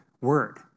word